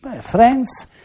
Friends